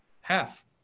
half